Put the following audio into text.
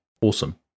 awesome